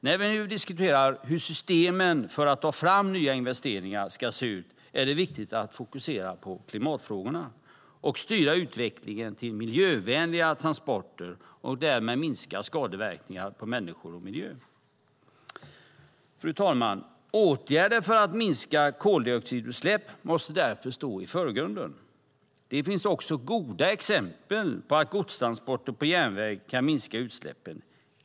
När vi nu diskuterar hur systemen för att ta fram nya investeringar ska se ut är det viktigt att fokusera på klimatfrågorna och styra utvecklingen till miljövänliga transporter och därmed minska skadeverkningarna på människor och miljö. Fru talman! Åtgärder för att minska koldioxidutsläpp måste därför stå i förgrunden. Det finns goda exempel på att godstransporter på järnväg kan minska utsläppen.